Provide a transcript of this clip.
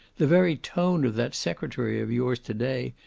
the very tone of that secretary of yours to-day,